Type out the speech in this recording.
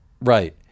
Right